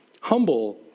humble